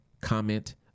comment